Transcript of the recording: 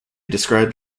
described